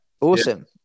Awesome